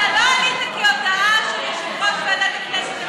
אתה לא עלית כהודעה של יושב-ראש ועדת הכנסת,